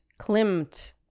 Klimt